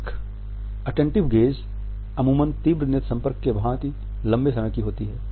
एक attentive gaze अमूमन तीव्र नेत्र संपर्क की भांति लंबे समय की होती है